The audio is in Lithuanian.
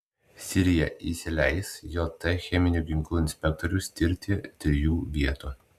sirija įsileis jt cheminių ginklų inspektorius tirti trijų vietų